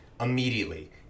immediately